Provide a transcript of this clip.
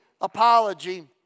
apology